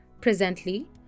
Presently